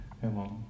hello